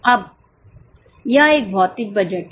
अब यह एक भौतिक बजट है